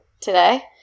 today